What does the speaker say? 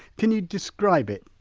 can you describe it?